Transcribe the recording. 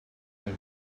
mind